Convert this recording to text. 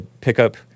pickup